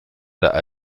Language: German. der